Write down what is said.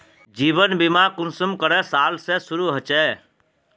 जीवन बीमा कुंसम करे साल से शुरू होचए?